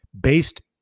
based